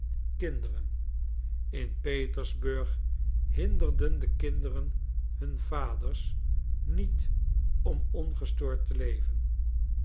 kinderen in petersburg hinderden de kinderen hun vaders niet om ongestoord te leven